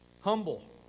humble